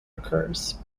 occurs